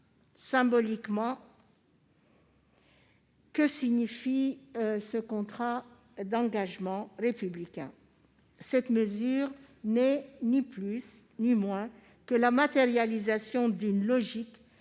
symbolique, que signifie ce contrat d'engagement républicain ? Cette mesure n'est ni plus ni moins que la matérialisation d'une logique